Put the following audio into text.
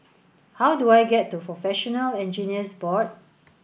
how do I get to Professional Engineers Board